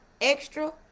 extra